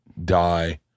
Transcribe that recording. Die